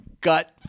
gut